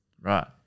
Right